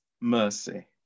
mercy